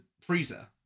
freezer